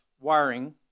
wiring